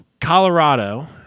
Colorado